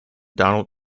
donald